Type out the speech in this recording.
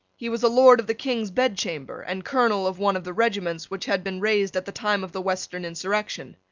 he was a lord of the king's bedchamber, and colonel of one of the regiments which had been raised at the time of the western insurrection.